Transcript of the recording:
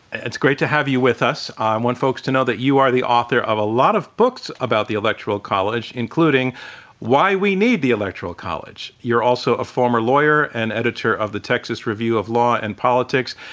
and it's great to have you with us. i want folks to know that you are the author of a lot of books about the electoral college, including why we need the electoral college. you're also a former lawyer and editor of the texas review of law and politics,